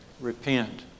Repent